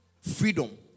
freedom